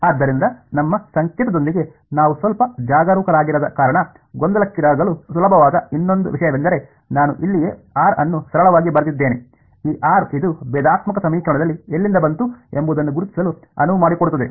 ಆದ್ದರಿಂದ ನಮ್ಮ ಸಂಕೇತದೊಂದಿಗೆ ನಾವು ಸ್ವಲ್ಪ ಜಾಗರೂಕರಾಗಿರದ ಕಾರಣ ಗೊಂದಲಕ್ಕೀಡಾಗಲು ಸುಲಭವಾದ ಇನ್ನೊಂದು ವಿಷಯವೆಂದರೆ ನಾನು ಇಲ್ಲಿಯೇ r ಅನ್ನು ಸರಳವಾಗಿ ಬರೆದಿದ್ದೇನೆ ಈ r ಇದು ಭೇದಾತ್ಮಕ ಸಮೀಕರಣದಲ್ಲಿ ಎಲ್ಲಿಂದ ಬಂತು ಎಂಬುದನ್ನು ಗುರುತಿಸಲು ಅನುವು ಮಾಡಿಕೊಡುತ್ತದೆ